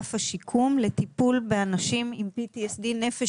באגף השיקום לטיפול באנשים עם PTSD נפש